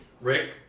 Rick